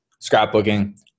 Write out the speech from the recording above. scrapbooking